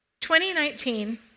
2019